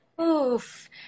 Oof